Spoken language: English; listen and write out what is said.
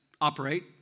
operate